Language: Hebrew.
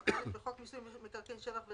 17. (א)בחוק מיסוי מקרקעין (שבח ורכישה),